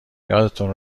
یادتون